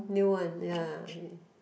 new one ya